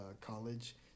college